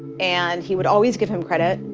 and he would always give him credit,